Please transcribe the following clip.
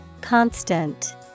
Constant